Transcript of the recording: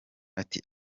ati